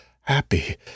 happy